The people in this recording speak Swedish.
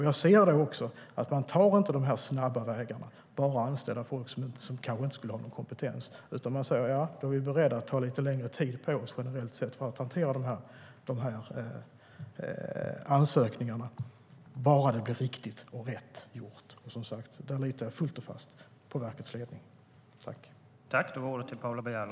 Jag ser också att de inte tar de snabba vägarna med att bara anställa folk som kanske inte har kompetens, utan de är beredda på att det får ta lite längre tid att hantera ansökningarna bara det blir riktigt och rätt gjort. Där litar jag som sagt fullt och fast på verkets ledning.